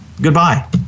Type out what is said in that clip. goodbye